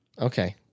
Okay